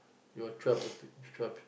you all twelve pe~ twelve